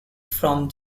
from